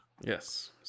Yes